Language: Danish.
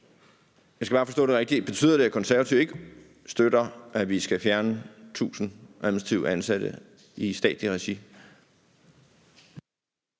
Jeg skal bare forstå det rigtigt: Betyder det, at Konservative ikke støtter, at vi skal fjerne 1.000 administrativt ansatte i statsligt regi?